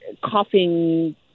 coughing